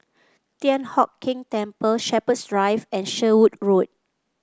Thian Hock Keng Temple Shepherds Drive and Sherwood Road